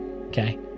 Okay